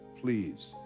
Please